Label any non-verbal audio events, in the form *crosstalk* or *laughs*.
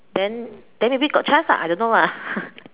then then maybe got chance ah I don't know lah *laughs*